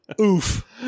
Oof